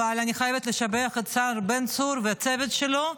אבל אני חייבת לשבח את השר בן צור ואת הצוות שלו,